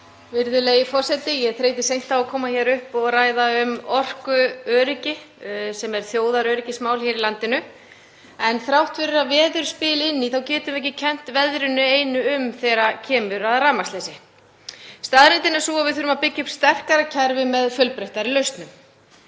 Virðulegi forseti. Ég þreytist seint á að koma hingað upp og ræða um orkuöryggi sem er þjóðaröryggismál hér í landinu. Þrátt fyrir að veður spili inn í getum við ekki kennt veðrinu einu um þegar kemur að rafmagnsleysi. Staðreyndin er sú að við þurfum að byggja upp sterkara kerfi með fjölbreyttari lausnum.